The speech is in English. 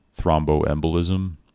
thromboembolism